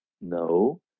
no